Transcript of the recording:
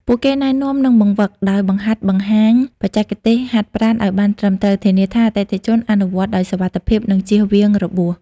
ពួកគេណែនាំ និងបង្វឹក ដោយបង្ហាត់បង្ហាញបច្ចេកទេសហាត់ប្រាណឱ្យបានត្រឹមត្រូវ ធានាថាអតិថិជនអនុវត្តន៍ដោយសុវត្ថិភាព និងជៀសវាងរបួស។